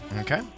Okay